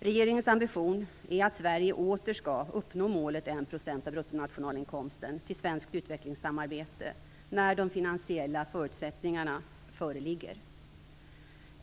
Regeringens ambition är att Sverige åter skall uppnå målet om 1 % av bruttonationalinkomsten till svenskt utvecklingssamarbete när de finansiella förutsättningarna föreligger.